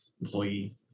employee